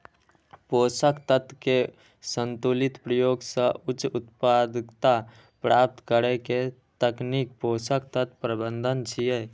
पोषक तत्व के संतुलित प्रयोग सं उच्च उत्पादकता प्राप्त करै के तकनीक पोषक तत्व प्रबंधन छियै